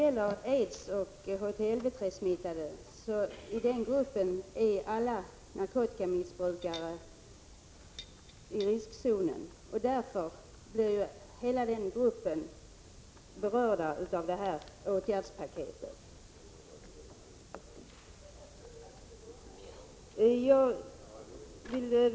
Alla narkotikamissbrukare är i riskzonen när det gäller aids och HTLV-III-smitta, och därför blir hela den gruppen berörd av detta åtgärdspaket.